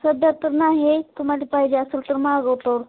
सध्या तर नाही तुम्हाला पाहिजे असेल तर मागवतो